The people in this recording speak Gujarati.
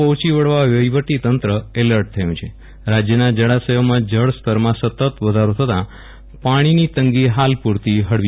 પહોંચી વળવા વહીવટી તંત્ર એલર્ટ થયું છે રાજ્યના જળાશયોમાં જળસ્તરમાં સતત વધારો થતા પાણીની તંગી હાલ પુરતી હળવી